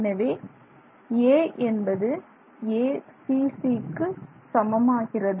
எனவே a என்பது acc க்கு சமமாகிறது